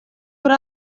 kuri